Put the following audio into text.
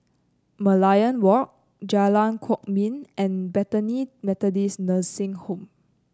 Merlion Walk Jalan Kwok Min and Bethany Methodist Nursing Home